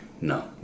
No